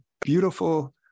beautiful